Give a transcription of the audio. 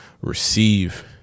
receive